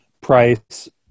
Price